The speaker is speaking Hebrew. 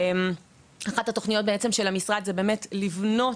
אחת התוכניות של המשרד היא לבנות,